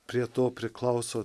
prie to priklauso